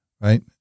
right